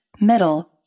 middle